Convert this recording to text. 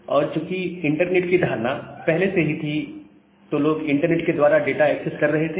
और चूकि इंटरनेट की धारणा पहले से ही थी तो लोग इंटरनेट के द्वारा डाटा एक्सेस कर रहे थे